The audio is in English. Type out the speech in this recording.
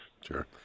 Sure